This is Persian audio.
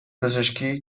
پزشکی